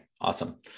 awesome